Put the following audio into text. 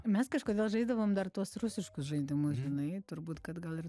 mes kažkada žaisdavom dar tuos rusiškus žaidimus žinai turbūt kad gal ir